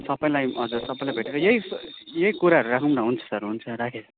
सबलाई हजुर सबलाई भेटेर यही यही कुराहरू राखौँ न हुन्छ सर हुन्छ राखेँ